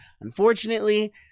unfortunately